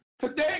Today